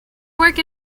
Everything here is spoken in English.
work